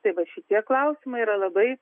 tai va šitie klausimai yra labai